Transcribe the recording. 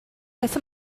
beth